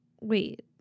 Wait